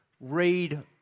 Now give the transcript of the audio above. read